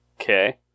Okay